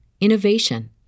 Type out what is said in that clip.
innovation